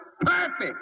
perfect